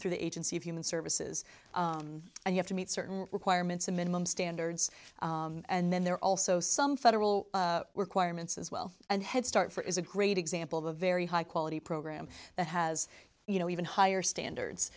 through the agency of human services and you have to meet certain requirements of minimum standards and then there are also some federal requirements as well and head start for is a great example of a very high quality program that has you know even higher standards